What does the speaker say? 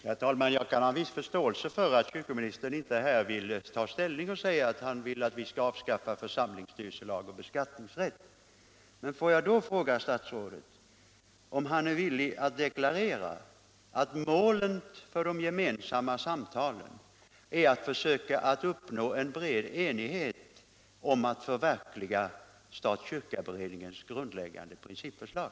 Herr talman! Jag kan ha viss förståelse för att kyrkoministern här inte vill ta ställning och säga att han vill att vi skall avskaffa församlingsstyrelselagen och beskattningsrätten för församlingarna. Men får jag då fråga statsrådet om han är villig att deklarera att målet för de gemensamma samtalen är att försöka uppnå bred enighet om att förverkliga stat-kyrka-beredningens grundläggande principförslag?